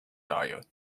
diode